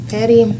Patty